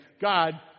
God